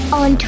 on